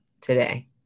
today